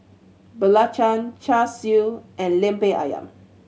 belacan Char Siu and Lemper Ayam